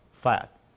fat